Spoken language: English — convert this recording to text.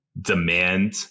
demand